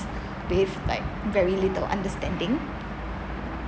with like very little understanding